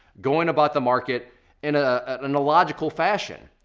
going about the market in a and logical fashion.